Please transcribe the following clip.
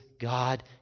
God